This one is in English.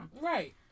Right